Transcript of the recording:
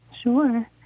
Sure